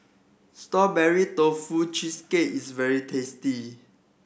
Strawberry Tofu Cheesecake is very tasty